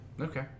Okay